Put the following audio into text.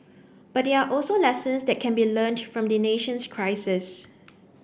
but there are also lessons that can be learnt from the nation's crisis